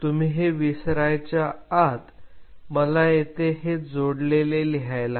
तुम्ही हे विसरायच्या आत मला येथे हे जोडलेले लिहायला हवे